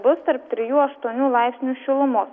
bus tarp trijų aštuonių laipsnių šilumos